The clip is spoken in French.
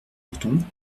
lurton